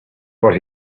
but